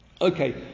Okay